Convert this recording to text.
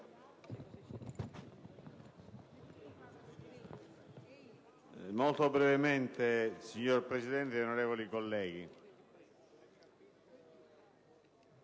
Grazie